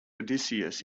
odysseus